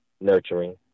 nurturing